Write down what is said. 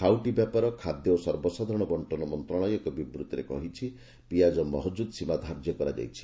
ଖାଉଟି ବ୍ୟାପାର ଖାଦ୍ୟ ଓ ସର୍ବସାଧାରଣ ବଣ୍ଟନ ମନ୍ତ୍ରଣାଳୟ ଏକ ବିବୃତ୍ତିରେ କହିଛି ଆଜିଠାରୁ ପିଆଜ ମହକୁଦ୍ ସୀମା ଧାର୍ଯ୍ୟ କରାଯାଇଛି